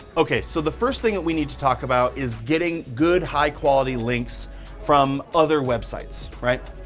okay, so the first thing that we need to talk about is getting good high quality links from other websites, right?